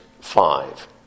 five